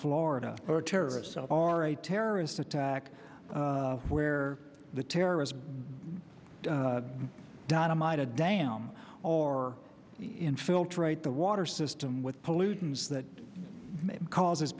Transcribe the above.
florida or a terrorist cell are a terrorist attack where the terrorists dynamite a dam or infiltrate the water system with pollutants that causes